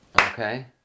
Okay